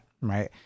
right